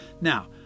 Now